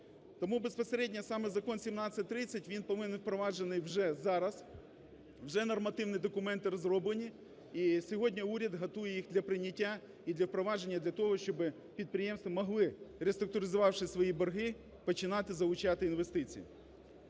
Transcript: Тому безпосередньо саме закон 1730, він повинен впроваджений вже зараз, вже нормативні документи розроблені і сьогодні уряд готує їх для прийняття, і для впровадження, для того, щоб підприємства могли, реструктуризувавши свої борги, починати залучати інвестиції.